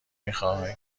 میخوای